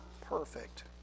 perfect